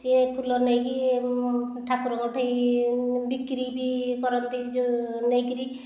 ସେ ଫୁଲ ନେଇ କରି ଠାକୁରଙ୍କ ଠାରେ ବିକ୍ରି ବି କରନ୍ତି ଯେଉଁ ନେଇ କରି